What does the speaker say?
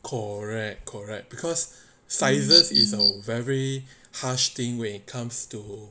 correct correct because sizes is a very harsh thing when it comes to